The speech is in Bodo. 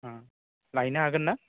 लायनो हागोन ना